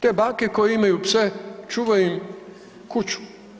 Te bake koje imaju pse čuvaju im kuću.